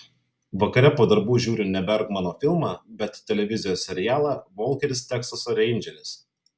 vakare po darbų žiūriu ne bergmano filmą bet televizijos serialą volkeris teksaso reindžeris